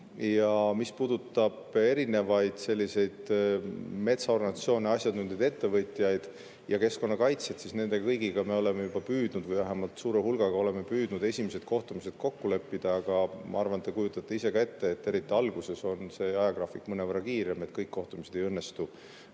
Ja mis puudutab metsaorganisatsioone, asjatundjaid, ettevõtjaid ja keskkonnakaitsjaid, siis nende kõigiga me oleme püüdnud või vähemalt suure hulgaga oleme püüdnud esimesed kohtumised kokku leppida. Aga ma arvan, et te kujutate ise ette, et eriti alguses on see ajagraafik mõnevõrra kiirem ja kõiki kohtumisi ei õnnestu